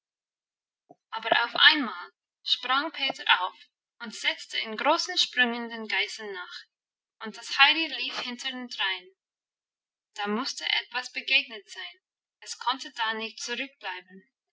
aber auf einmal sprang peter auf und setzte in großen sprüngen den geißen nach und das heidi lief hintendrein da musste etwas begegnet sein es konnte da nicht zurückbleiben